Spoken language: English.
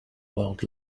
world